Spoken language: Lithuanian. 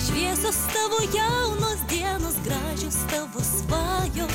šviesios tavo jaunos dienos gražios tavo svajos